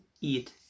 eat